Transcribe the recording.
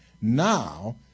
Now